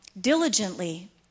diligently